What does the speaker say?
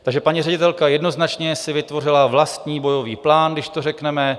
Takže paní ředitelka jednoznačně si vytvořila vlastní bojový plán, když to řekneme.